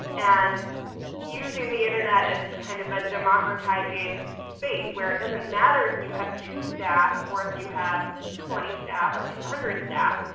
and using the internet as kind of a democratizing space where it doesn't matter if you have two staff, or if you have twenty staff, or two hundred staff.